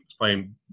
playing